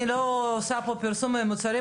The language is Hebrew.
אני לא עושה פה פרסום מוצרים,